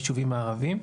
כן כולל היישובים הערביים.